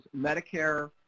Medicare